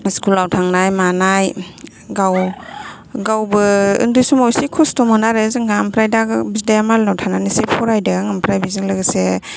स्कुलाव थांनाय मानाय गावबो उन्दै समाव एसे खस्थ'मोन आरो जोंहा ओमफ्राय दा बिदाया मालायनाव थानानैसो फरायदों ओमफ्राय बिजों लोगोसे